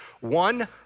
one